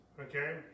Okay